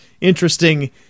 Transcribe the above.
interesting